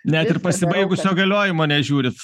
net ir pasibaigusio galiojimo nežiūrit